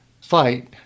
fight